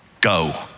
Go